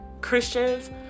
Christians